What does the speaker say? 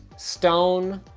stone,